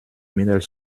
middle